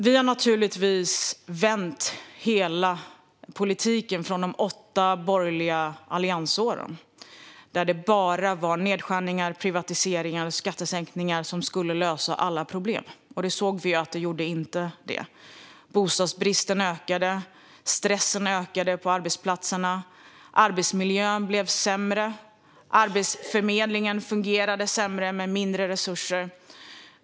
Vi har naturligtvis vänt hela politiken från de åtta borgerliga alliansåren, då det bara var nedskärningar, privatiseringar och skattesänkningar som skulle lösa alla problem. Det såg vi ju att det inte gjorde. Bostadsbristen ökade, stressen på arbetsplatserna ökade, arbetsmiljön blev sämre och Arbetsförmedlingen fungerade sämre med mindre resurser.